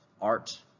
art